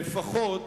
לפחות